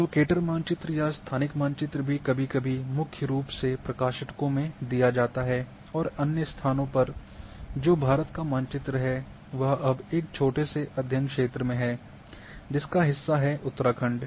locator मानचित्र या स्थानिक मानचित्र भी कभी कभी मुख्य रूप से प्रकाशनों में दिया जाता है और अन्य स्थानों पर जो भारत का मानचित्र है वह अब एक छोटे से अध्ययन क्षेत्र में है जिसका हिस्सा है उत्तराखंड